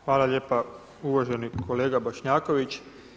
Hvala lijepa uvaženi kolega Bošnjaković.